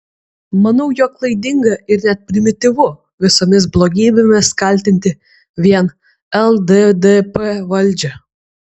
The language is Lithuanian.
manau jog klaidinga ir net primityvu visomis blogybėmis kaltinti vien lddp valdžią